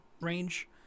range